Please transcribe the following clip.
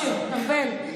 משה ארבל,